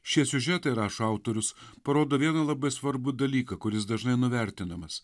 šie siužetai rašo autorius parodo vieną labai svarbų dalyką kuris dažnai nuvertinamas